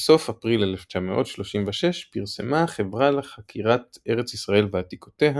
ובסוף אפריל 1936 פרסמה החברה לחקירת ארץ-ישראל ועתיקותיה